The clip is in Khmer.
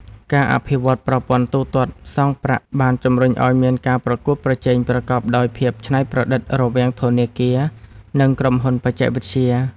ការអភិវឌ្ឍប្រព័ន្ធទូទាត់សងប្រាក់បានជំរុញឱ្យមានការប្រកួតប្រជែងប្រកបដោយភាពច្នៃប្រឌិតរវាងធនាគារនិងក្រុមហ៊ុនបច្ចេកវិទ្យា។